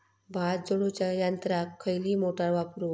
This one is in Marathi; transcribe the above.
भात झोडूच्या यंत्राक खयली मोटार वापरू?